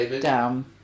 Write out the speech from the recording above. down